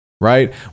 Right